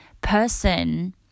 person